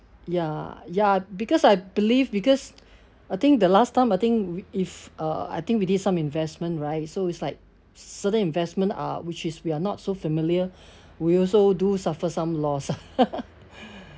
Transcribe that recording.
ya ya because I believe because I think the last time I think we if uh I think we did some investment right so it's like certain investment uh which is we are not so familiar we also do suffer some loss ah